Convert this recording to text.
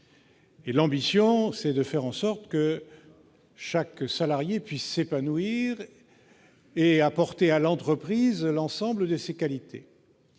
L'ambition de ce texte est de faire que chaque salarié puisse s'épanouir et apporter à l'entreprise l'ensemble de ses qualités.